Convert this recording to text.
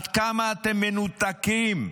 תודה.